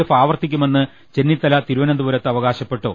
F ആവർത്തിക്കുമെന്ന് ചെന്നിത്തല തിരുവനന്തപുരത്ത് അവകാശപ്പെട്ടു